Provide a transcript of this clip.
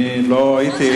אני לא הייתי,